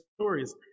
stories